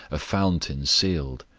a fountain sealed.